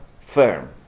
firm